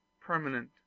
permanent